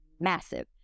massive